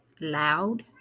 loud